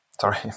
sorry